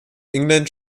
england